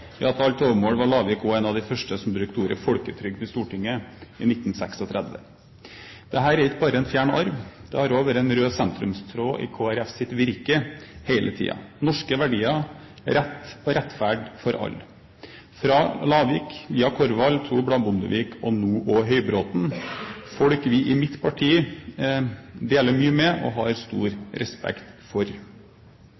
alt overmål var Lavik en av de første som brukte ordet «folketrygd» i Stortinget i 1936. Dette er ikke bare en fjern arv, det har også vært en rød sentrumstråd i Kristelig Folkepartis virke hele tiden – norske verdier og rettferd for alle, fra Lavik via Korvald, to blad Bondevik og nå også Høybråten, folk vi i mitt parti deler mye med og har stor